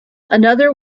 another